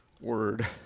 word